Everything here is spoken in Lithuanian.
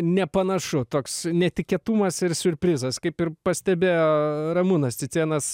nepanašu toks netikėtumas ir siurprizas kaip ir pastebėjo ramūnas cicėnas